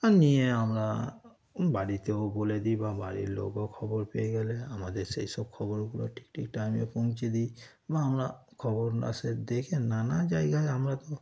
আর নিয়ে আমরা বাড়িতেও বলে দিই বা বাড়ির লোকও খবর পেয়ে গেলে আমাদের সেই সব খবরগুলো ঠিক ঠিক টাইমে পৌঁছে দিই বা আমরা খবর আর সে দেখে নানা জায়গায় আমরা তো